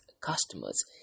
customers